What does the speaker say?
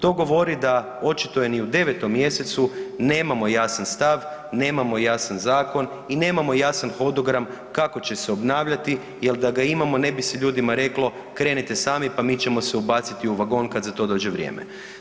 To govori da očito je ni u 9. mjesecu nemamo jasan stav, nemamo jasan zakon i nemamo jasan hodogram kako će se obnavljati jer da ga imamo ne bi se ljudima reklo, krenite sami pa mi ćemo se ubaciti u vagon kada za to dođe vrijeme.